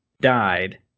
died